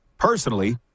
Personally